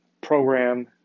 program